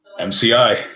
MCI